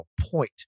point